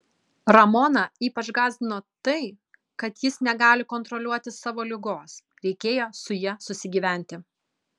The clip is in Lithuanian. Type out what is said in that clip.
ramoną ypač gąsdino tai kad jis negali kontroliuoti savo ligos reikėjo su ja susigyventi